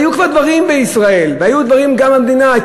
היו כבר דברים בישראל, והיו דברים גם במדינה.